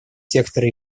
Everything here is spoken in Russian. секторы